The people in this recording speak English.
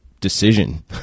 decision